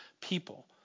people